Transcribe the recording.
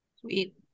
sweet